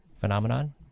phenomenon